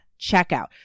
checkout